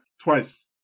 twice